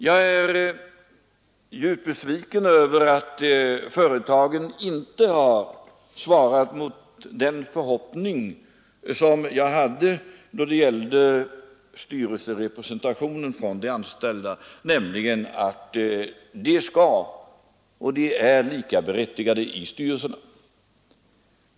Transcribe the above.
Jag är djupt besviken över att företagen inte har svarat mot den förhoppning som jag hade då det gällde styrelserepresentationen för de anställda, nämligen att de skall var likaberättigade i styrelserna.